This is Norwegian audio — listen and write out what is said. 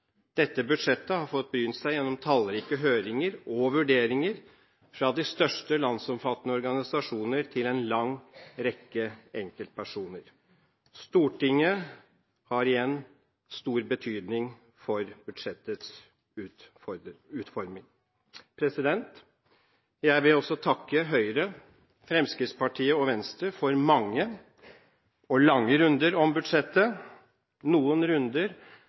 Dette budsjettet har fått brynt seg gjennom tallrike høringer og vurderinger – fra de største landsomfattende organisasjoner til en lang rekke enkeltpersoner. Stortinget har igjen stor betydning for budsjettets utforming. Jeg vil også takke Høyre, Fremskrittspartiet og Venstre for mange og lange runder om budsjettet. Noen runder